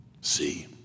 See